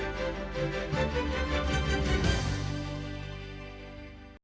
дякую.